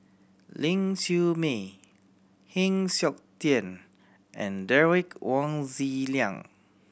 Ling Siew May Heng Siok Tian and Derek Wong Zi Liang